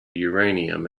uranium